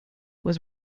was